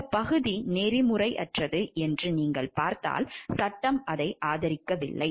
இந்த பகுதி நெறிமுறையற்றது என்று நீங்கள் பார்த்தால் சட்டம் அதை ஆதரிக்கலாம்